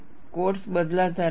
codes બદલાતા રહે છે